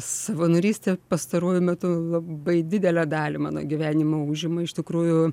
savanorystė pastaruoju metu labai didelę dalį mano gyvenimo užima iš tikrųjų